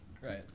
Right